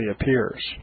appears